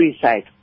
suicide